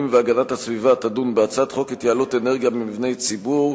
והגנת הסביבה תדון בהצעת חוק התייעלות אנרגיה במבני ציבור,